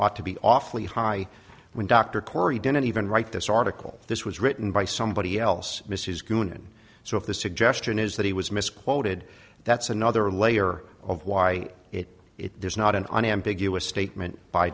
ought to be awfully high when dr corry didn't even write this article this was written by somebody else mrs goodwin so if the suggestion is that he was misquoted that's another layer of why it is there is not an unambiguous statement by